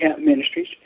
Ministries